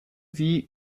sie